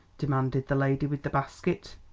demanded the lady with the basket.